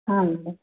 ಹಾಂ ಮೇಡಮ್